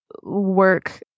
work